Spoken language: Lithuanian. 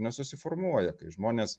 nesusiformuoja kai žmonės